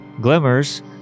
Glimmers